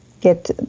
get